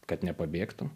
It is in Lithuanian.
kad nepabėgtų